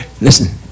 Listen